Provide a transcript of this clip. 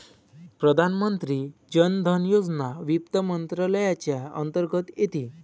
प्रधानमंत्री जन धन योजना वित्त मंत्रालयाच्या अंतर्गत येते